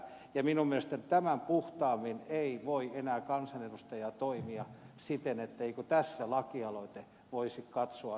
minun mielestäni tämän puhtaammin ei voi enää kansanedustaja toimia siten etteikö tässä lakialoitetta voisi katsoa hyväksytyksi